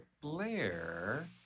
Blair